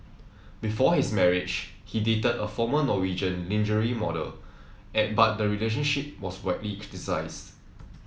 before his marriage he dated a former Norwegian lingerie model and but the relationship was widely criticised